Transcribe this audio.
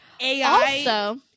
AI